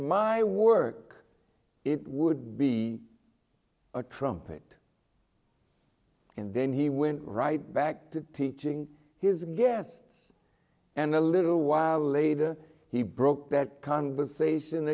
my work it would be a trumpet and then he went right back to teaching his guests and a little while later he broke that conversation